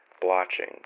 blotching